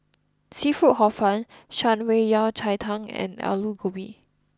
Seafood Hor Fun Shan Rui Yao Cai Tang and Aloo Gobi